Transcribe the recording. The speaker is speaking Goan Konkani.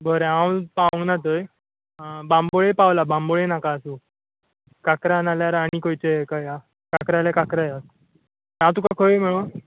बरें हांव पावूना थंय बांबोळे पावलां बांबोळे नाका आसूं काक्रा ना जाल्या आनी खंयचे हेका या काक्रा जाल्या काक्रा या हांव तुका खंय मेळूं